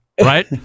Right